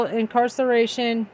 incarceration